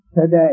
today